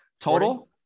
total